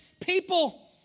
People